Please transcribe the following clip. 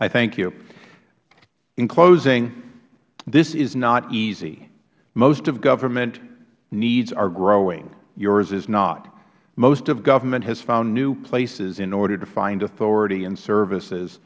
i thank you in closing this is not easy most of government needs are growing yours is not most of government has found new places in order to find authority and services